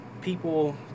people